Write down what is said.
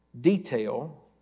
detail